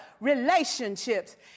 relationships